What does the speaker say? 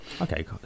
Okay